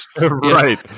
Right